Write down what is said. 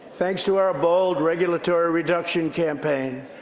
thanks to our bold regulatory reduction campaign,